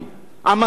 לשנאה,